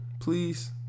please